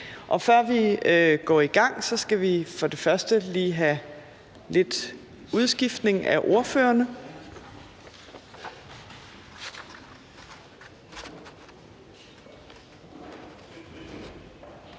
Før vi går i gang, skal vi først lige have lidt udskiftning af ordførerne.